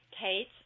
Kate